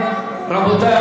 רבותי,